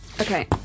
Okay